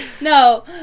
No